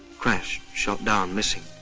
crashed, shot down, missing